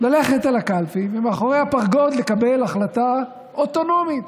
ללכת אל הקלפי ומאחורי הפרגוד לקבל החלטה אוטונומית,